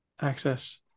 Access